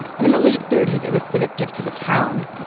and in the late thirty s as a civic gift to the town,